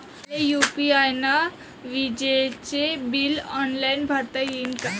मले यू.पी.आय न विजेचे बिल ऑनलाईन भरता येईन का?